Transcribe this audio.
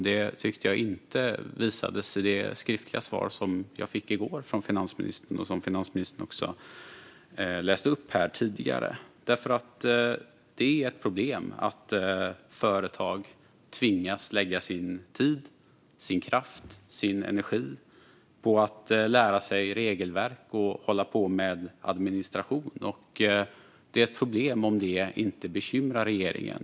Det tyckte jag inte visades i det interpellationssvar som finansministern läste upp här tidigare. Det är ett problem att företag tvingas lägga sin tid, sin kraft och sin energi på att lära sig regelverk och hålla på med administration. Det är också ett problem om det inte bekymrar regeringen.